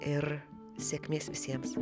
ir sėkmės visiems